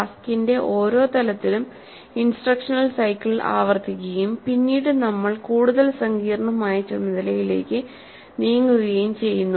ടാസ്കിന്റെ ഓരോ തലത്തിലും ഇൻസ്ട്രക്ഷണൽ സൈക്കിൾ ആവർത്തിക്കുകയും പിന്നീട് നമ്മൾ കൂടുതൽ സങ്കീർണ്ണമായ ചുമതലയിലേക്ക് നീങ്ങുകയും ചെയ്യുന്നു